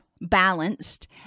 balanced